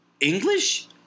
English